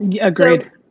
Agreed